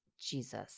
Jesus